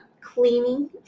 cleaning